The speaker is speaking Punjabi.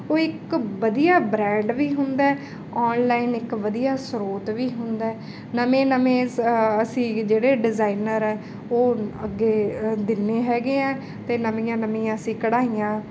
ਉਹ ਇੱਕ ਵਧੀਆ ਬਰੈਂਡ ਵੀ ਹੁੰਦਾ ਆਨਲਾਈਨ ਇੱਕ ਵਧੀਆ ਸਰੋਤ ਵੀ ਹੁੰਦਾ ਨਵੇਂ ਨਵੇਂ ਸ ਅਸੀਂ ਜਿਹੜੇ ਡਿਜਾਇਨਰ ਹੈ ਉਹ ਅੱਗੇ ਦਿੰਦੇ ਹੈਗੇ ਆ ਅਤੇ ਨਵੀਆਂ ਨਵੀਆਂ ਅਸੀਂ ਕਢਾਈਆਂ